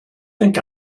think